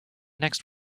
next